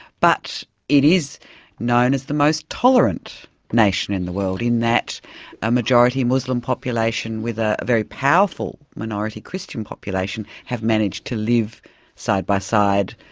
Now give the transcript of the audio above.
but it is known as the most tolerant nation in the world in that a majority muslim population with a very powerful minority christian population have managed to live side by side.